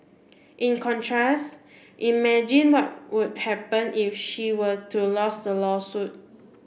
in contrast imagine what would happen if she were to lose the lawsuit